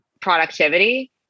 productivity